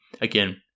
again